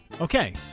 Okay